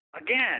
again